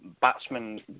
batsmen